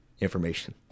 information